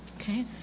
Okay